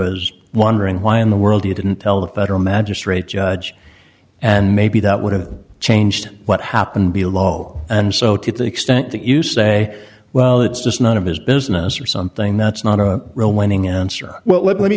is wondering why in the world you didn't tell the federal magistrate judge and maybe that would have changed what happened below and so to the extent that you say well it's just none of his business or something that's not a real winning answer well let